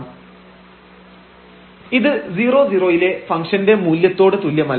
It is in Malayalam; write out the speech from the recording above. lim┬xy→00 fxy along xy0≠f00 ഇത് 00 യിലെ ഫംഗ്ഷൻറെ മൂല്യത്തോട് തുല്യമല്ല